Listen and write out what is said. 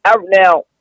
now